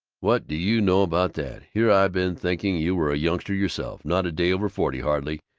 what do you know about that! here i been thinking you were a youngster yourself, not a day over forty, hardly,